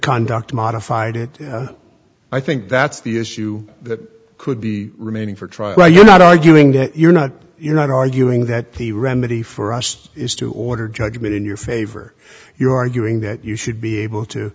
conduct modified it i think that's the issue that could be remaining for trial you're not arguing that you're not you're not arguing that the remedy for us is to order judgment in your favor you're arguing that you should be able to